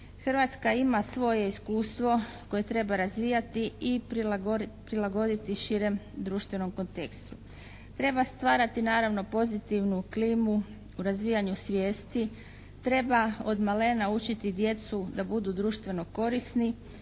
Hrvatska ima svoje iskustvo koje treba razvijati i prilagoditi širem društvenom kontekstu. Treba stvarati naravno pozitivnu klimu u razvijanju svijesti. Treba odmalena učiti djecu da budu društveno korisni.